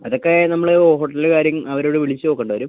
അതൊക്കെ നമ്മൾ ഹോട്ടൽ കാര്യം അവരോട് വിളിച്ച് നോക്കണ്ട വരും